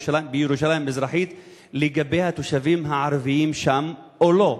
בירושלים המזרחית לגבי התושבים הערבים שם או לא?